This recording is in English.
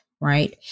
right